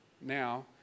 now